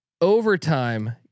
overtime